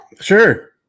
Sure